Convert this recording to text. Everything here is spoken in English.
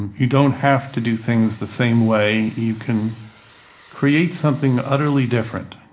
and you don't have to do things the same way. you can create something utterly different.